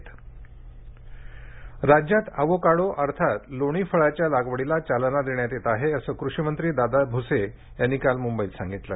दादा भुसे राज्यात अव्होकाडो अर्थात लोणीफळाच्या लागवडीला चालना देण्यात येत आहे असं कृषिमंत्री दादाजी भुसे यांनी काल मुंबईत सांगितल